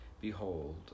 Behold